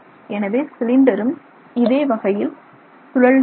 எனவே சிலிண்டரும் இதே வகையில் சுழல்கிறது